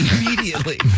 immediately